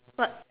what